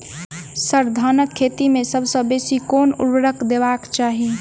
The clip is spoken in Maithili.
सर, धानक खेत मे सबसँ बेसी केँ ऊर्वरक देबाक चाहि